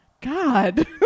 God